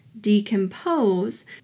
decompose